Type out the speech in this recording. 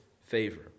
favor